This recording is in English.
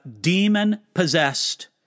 demon-possessed